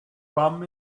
rum